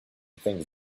things